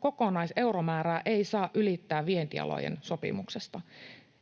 kokonaiseuromäärä ei saa ylittää vientialojen sopimusta.